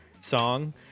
song